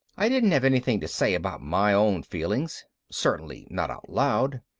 i didn't have anything to say about my own feelings. certainly not out loud.